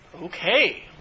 Okay